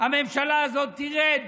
הממשלה הזאת תרד